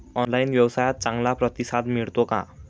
Online व्यवसायात चांगला प्रतिसाद मिळतो का?